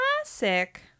classic